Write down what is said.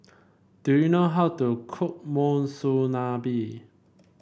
do you know how to cook Monsunabe